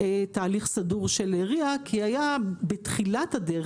תהליך סדור של ריא כי היה בתחילת הדרך,